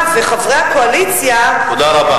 לגבי השר וחברי הקואליציה, תודה רבה.